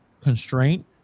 constraint